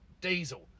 diesel